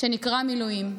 שנקרא "מילואים":